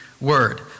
word